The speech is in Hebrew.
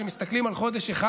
כשמסתכלים על חודש אחד,